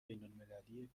بینالمللی